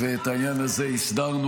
ואת העניין הזה הסדרנו,